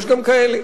יש גם כאלה,